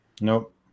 Nope